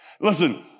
Listen